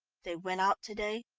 they went out to-day,